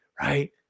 right